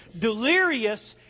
delirious